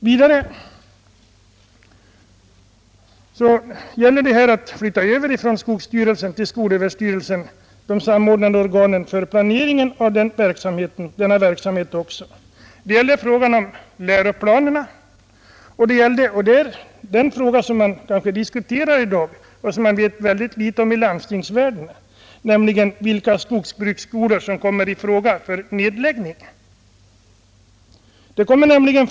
Vidare gäller det att från skogsstyrelsen till skolöverstyrelsen flytta över de samordnande organen för planeringen av denna verksamhet. Det gäller här även frågan om läroplanerna. Något som diskuteras i dag men som man vet mycket litet om i landstingsvärlden är vilka skogsbruksskolor som kommer i fråga för den framtida utbildningen.